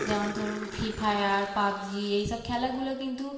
যেমন ধরুন free fire PUBG এইসব খেলাগুলো কিন্তু